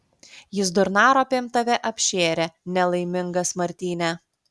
jis durnaropėm tave apšėrė nelaimingas martyne